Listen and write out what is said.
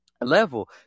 level